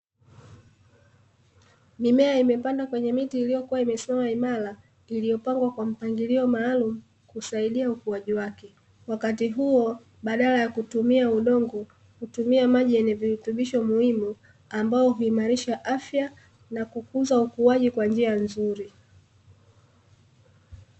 Mimea imepandwa kwenye miti iliyokua imesimama imara, iliyopangwa kwa mpangilio maalumu kusaidia ukuaji wake. Wakati huo baadala ya kutumia udongo, hutumia maji yenye virutubisho muhimu ambayo huimarisha afya na kukuza ukuaji kwa njia nzuri.